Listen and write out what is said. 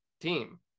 team